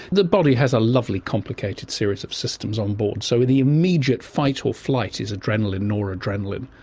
the body has a lovely complicated series of systems on board so the immediate fight or flight is adrenalin, noradrenalin,